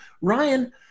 Ryan